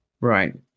right